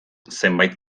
zenbait